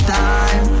time